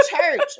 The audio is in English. church